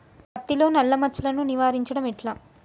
పత్తిలో నల్లా మచ్చలను నివారించడం ఎట్లా?